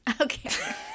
Okay